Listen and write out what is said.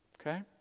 Okay